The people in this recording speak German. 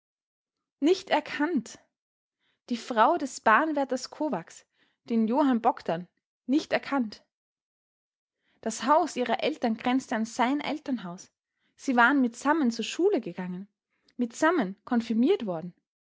nicht erkannt die frau des bahnwärters kovacs den johann bogdn nicht erkannt das haus ihrer eltern grenzte an sein elternhaus sie waren mitsammen zur schule gegangen mitsammen konfirmiert worden